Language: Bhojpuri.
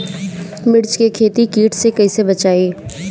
मिर्च के खेती कीट से कइसे बचाई?